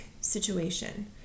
situation